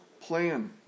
plan